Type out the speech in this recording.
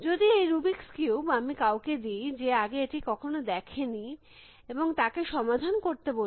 যদি এই Rubik's cube আমি কাউকে দি যে আগে এটিকে কখনো দেখেনি এবং তাকে সমাধান করতে বলি